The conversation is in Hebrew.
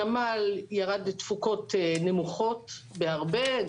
הנמל ירד לתפוקות נמוכות בהרבה,